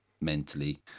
mentally